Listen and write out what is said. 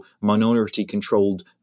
minority-controlled